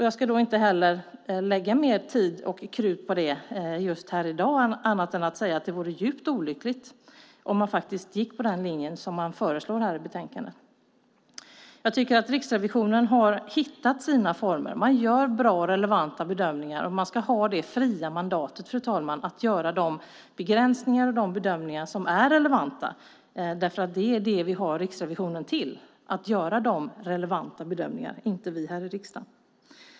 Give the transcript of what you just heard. Jag ska inte lägga mer tid och krut på det i dag annat än att säga att det vore djupt olyckligt om man gick på den linje som man föreslår i betänkandet. Jag tycker att Riksrevisionen har hittat sina former. Den gör bra och relevanta bedömningar och den ska ha det fria mandatet, fru talman, att göra de begränsningar och de bedömningar som är relevanta. Det är det vi har Riksrevisionen till. Det är Riksrevisionen, och inte vi här i kammaren, som ska göra dessa relevanta bedömningar.